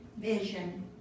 vision